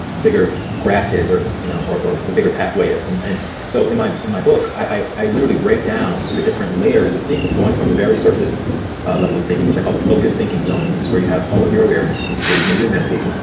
bigger graph is or you know or the bigger pathway is and and so in my in my book, i i literally break down the different layers of thinking, going from the very surface ah level of thinking, which i call the focus thinking zone. this is where you have all of your awareness. this is where you know you're meditating.